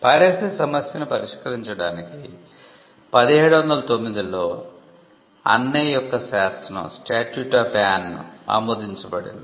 piracy సమస్యను పరిష్కరించడానికి 1709 లో అన్నే యొక్క శాసనం ఆమోదించబడింది